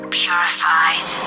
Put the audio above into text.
purified